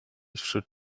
should